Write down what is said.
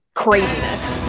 craziness